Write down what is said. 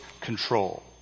control